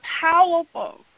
powerful